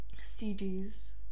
CDs